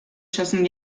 schossen